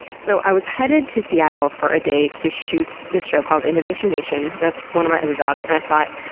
so, i was headed to seattle for a day to shoot this show called innovation nation, that's one of my other jobs, and i thought,